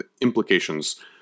implications